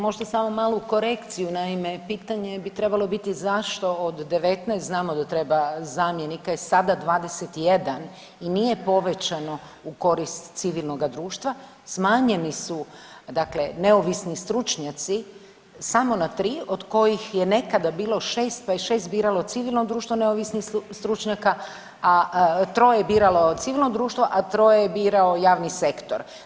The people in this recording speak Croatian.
Možda samo malu korekciju, naime, pitanje bi trebalo biti zašto od 19, znamo da treba zamjenika je sada 21 i nije povećano u korist civilnoga društva, smanjeni su dakle, neovisni stručnjaci, samo na 3, od kojih je nekada bilo 6 pa je 6 biralo civilno društvo neovisnih stručnjaka, a troje je biralo, civilno društvo, a troje je birao javni sektor.